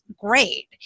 great